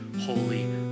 holy